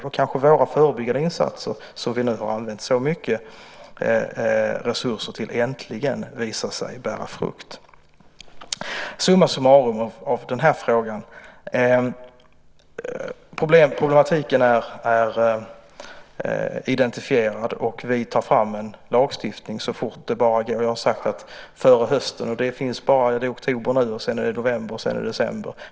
Då kanske våra förebyggande insatser, som vi nu har använt så mycket resurser till, äntligen visar sig bära frukt. Summa summarum i den här frågan: Problematiken är identifierad, och vi tar fram en lagstiftning så fort det bara går. Jag har sagt före hösten. Det är oktober nu, sedan är det november och sedan är det december.